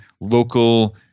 local